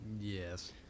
yes